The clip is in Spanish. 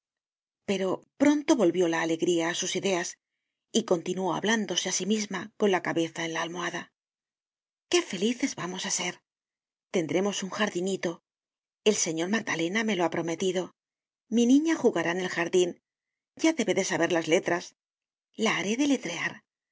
pero pronto volvió la alegría á sus ideas y continuó hablándose á sí misma con la cabeza en la almohada qué felices vamos á ser tendremos un jardinito el señor magdalena me lo ha prometido mi niña jugará en el jardin ya debe de saber las letras la haré deletrear